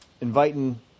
inviting